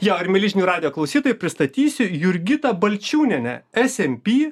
jo ir mieli žinių radijo klausytojai pristatysiu jurgitą balčiūnienę smp